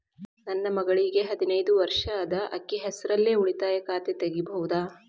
ನನ್ನ ಮಗಳಿಗೆ ಹದಿನೈದು ವರ್ಷ ಅದ ಅಕ್ಕಿ ಹೆಸರಲ್ಲೇ ಉಳಿತಾಯ ಖಾತೆ ತೆಗೆಯಬಹುದಾ?